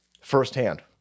firsthand